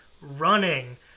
running